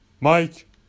Mike